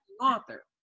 author